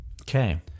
Okay